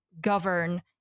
govern